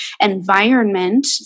environment